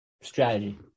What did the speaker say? strategy